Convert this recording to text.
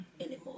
anymore